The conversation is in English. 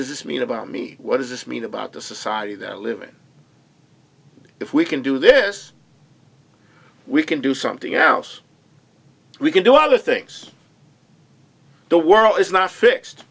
does this mean about me what does this mean about the society that live in if we can do this we can do something else we can do other things the world is not fixed